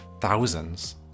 thousands